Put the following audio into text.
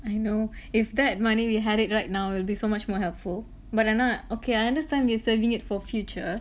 I know if that money we had it right now will be so much more helpful but ஆனா:aanaa okay I understand your saving it for future